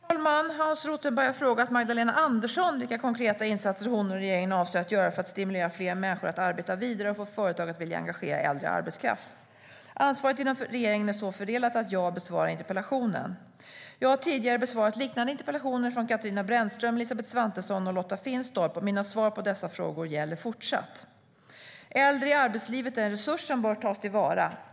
Herr talman! Hans Rothenberg har frågat Magdalena Andersson vilka konkreta insatser hon och regeringen avser att göra för att stimulera fler människor att arbeta vidare och få företag att vilja engagera äldre arbetskraft. Ansvaret inom regeringen är så fördelat att jag besvarar interpellationen. Jag har tidigare besvarat liknande interpellationer från Katarina Brännström, Elisabeth Svantesson och Lotta Finstorp, och mina svar på dessa frågor gäller fortsatt. Äldre i arbetslivet är en resurs som bör tas till vara.